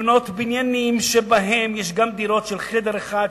לבנות בניינים שבהם יש גם דירות של חדר אחד,